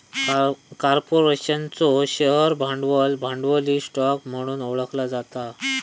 कॉर्पोरेशनचो शेअर भांडवल, भांडवली स्टॉक म्हणून ओळखला जाता